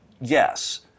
yes